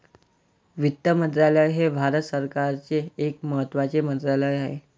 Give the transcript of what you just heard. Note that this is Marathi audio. वित्त मंत्रालय हे भारत सरकारचे एक महत्त्वाचे मंत्रालय आहे